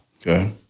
Okay